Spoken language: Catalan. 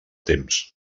temps